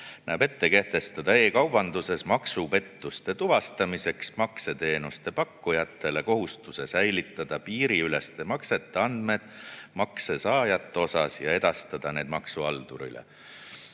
on kehtestada e-kaubanduses maksupettuste tuvastamiseks makseteenuste pakkujatele kohustus säilitada piiriüleste maksete andmed makse saajate kohta ja edastada need maksuhaldurile. Eelnõu